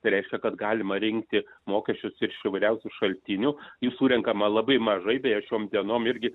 reiškia kad galima rinkti mokesčius ir šių įvairiausių šaltinių jų surenkama labai mažai bei šioms dienom irgi